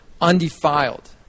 undefiled